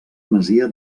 masia